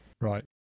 Right